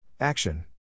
Action